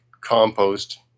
compost